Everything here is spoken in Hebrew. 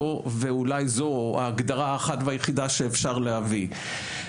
ואולי זו ההגדרה האחת והיחידה שאפשר להביא.